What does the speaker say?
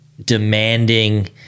demanding